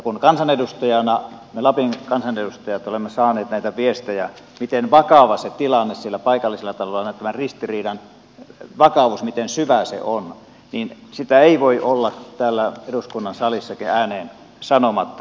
kun me lapin kansanedustajat olemme saaneet viestejä paikallisen ristiriidan vakavuudesta miten syvä se on niin sitä ei voi olla täällä eduskunnan salissakin ääneen sanomatta